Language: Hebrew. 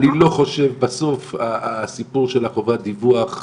אני לא חושב בסוף הסיפור הזה של חובת דיווח,